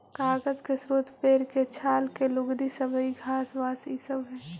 कागज के स्रोत पेड़ के छाल के लुगदी, सबई घास, बाँस इ सब हई